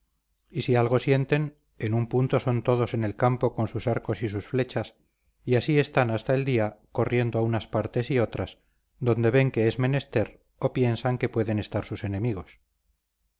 y si algo sienten en un punto son todos en el campo con sus arcos y sus flechas y así están hasta el día corriendo a unas partes y otras donde ven que es menester o piensan que pueden estar sus enemigos